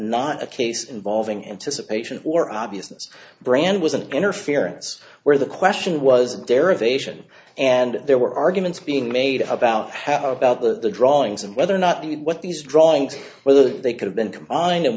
not a case involving anticipation or obviousness brand was an interference where the question was derivation and there were arguments being made about how about the drawings and whether or not even what these drawings whether they could have been combine